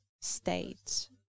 state